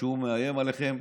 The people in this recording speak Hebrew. כשהוא מאיים עליכם,